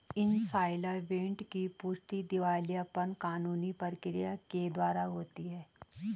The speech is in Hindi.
इंसॉल्वेंट की पुष्टि दिवालियापन कानूनी प्रक्रिया के द्वारा होती है